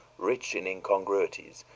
rich in incongruities,